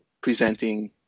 presenting